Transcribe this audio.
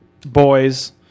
boys